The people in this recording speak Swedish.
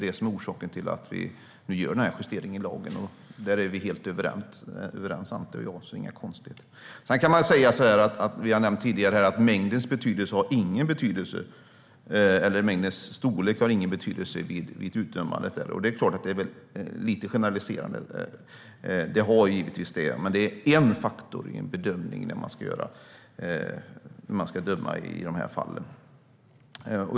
Det är orsaken till att vi nu gör den här justeringen i lagen. Där är vi helt överens, Anti och jag. Det är inga konstigheter. Vi har nämnt tidigare att mängden inte har någon betydelse vid utdömandet. Det är såklart lite generaliserande. Det har givetvis betydelse. Men det är en faktor i den bedömning man ska göra när man ska döma i de här fallen.